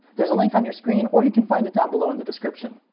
there's a link on your screen, or you can find it down below in the description.